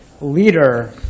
leader